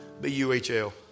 B-U-H-L